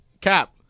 cap